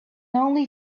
only